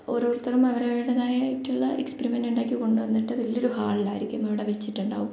ഓരോരുത്തരും അവരവരുടേതായിട്ടുള്ള എക്സ്പെരിമെൻറ്റ് ഉണ്ടാക്കി കൊണ്ടുവന്നിട്ട് വലിയ ഒരു ഹാളിലായിരിക്കും അവിടെ വെച്ചിട്ടുണ്ടാകും